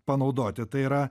panaudoti tai yra